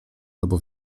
albo